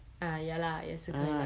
ah ya lah 也是可以 lah